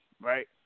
right